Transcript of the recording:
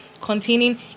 containing